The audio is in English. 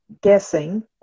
guessing